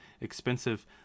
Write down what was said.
expensive